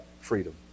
freedom